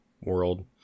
world